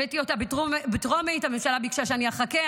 הבאתי אותו בטרומית, הממשלה ביקשה שאני אחכה.